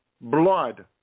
blood